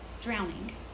drowning